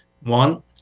one